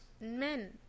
Men